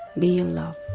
be in love